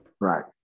Right